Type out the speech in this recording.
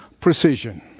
precision